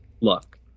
look